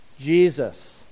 Jesus